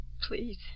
please